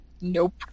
Nope